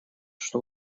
что